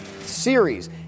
series